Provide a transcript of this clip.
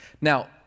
Now